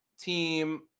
team